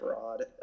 broad